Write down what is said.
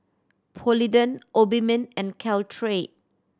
Polident Obimin and Caltrate